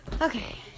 Okay